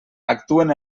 actuen